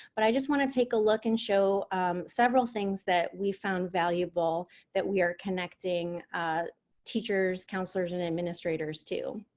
but i just want to take a look and show several things that we found valuable that we are connecting teachers, counselors, and administrators to.